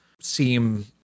seem